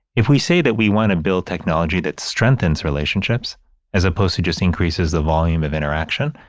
if we say that we want to build technology that strengthens relationships as opposed to just increases the volume of interaction,